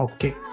Okay